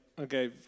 okay